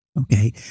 Okay